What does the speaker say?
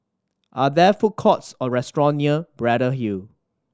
are there food courts or restaurant near Braddell Hill